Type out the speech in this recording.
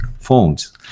phones